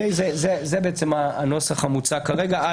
זה הנוסח המוצע כרגע.